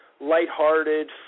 lighthearted